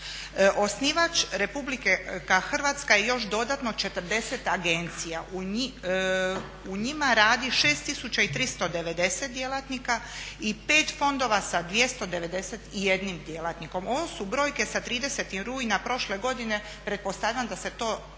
Osnivač Republika Hrvatska i još dodatno 40 agencija, u njima radi 6390 djelatnika i 5 fondova sa 291 djelatnikom. Ovo su brojke sa 30. rujna prošle godine, pretpostavlja da se to